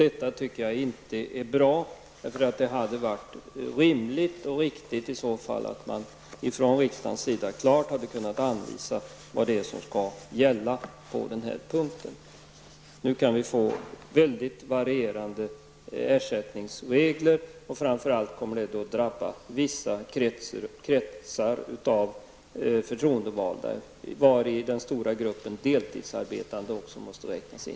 Detta tycker jag inte är bra. Det hade varit rimligt och riktigt att riksdagen klart hade kunnat anvisa vad det är som skall gälla på den här punkten. Nu kan vi få väldigt varierande ersättningsregler, och framför allt kommer det att drabba vissa kretsar av förtroendevalda, vari den stora gruppen deltidsarbetande måste räknas in.